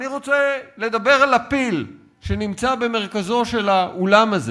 אני רוצה לדבר על הפיל שנמצא במרכזו של האולם הזה